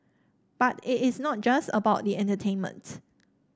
but it is not just about the entertainment